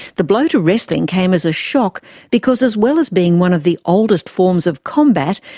the blow to wrestling came as a shock because as well as being one of the oldest forms of combat,